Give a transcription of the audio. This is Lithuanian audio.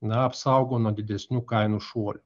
na apsaugo nuo didesnių kainų šuolių